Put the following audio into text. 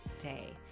day